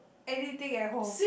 anything at home